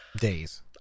days